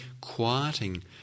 quieting